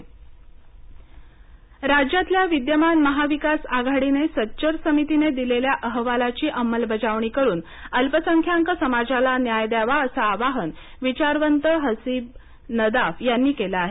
सच्चर समिती अहवाल राज्यातल्या विद्यमान महाविकास आघाडीने सच्चर समितीने दिलेल्या अहवालाची अंमलबजावणी करून अल्पसंख्याक समाजाला न्याय द्यावा असं आवाहन विचारवंत हसीब नदाफ यांनी केलं आहे